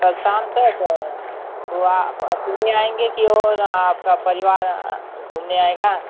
कल शाम तक तो आप अकेले आएंगे कि और आपका परिवार घूमने आएगा